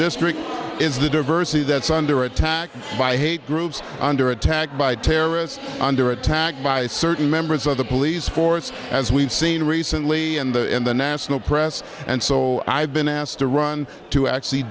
district is the diversity that's under attack by hate groups under attack by terrorists under attack by certain members of the police force as we've seen recently in the in the national press and so i've been asked to run to ac